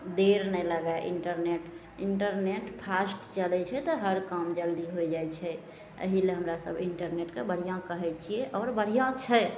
देर नहि लागै इन्टरनेट इन्टरनेट फास्ट चलै छै तऽ हर काम जल्दी हो जाए छै एहिलए हमरासभ इन्टरनेटके बढ़िआँ कहै छिए आओर बढ़िआँ छै